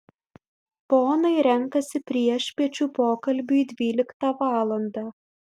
ponai renkasi priešpiečių pokalbiui dvyliktą valandą